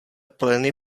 pleny